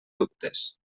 dubtes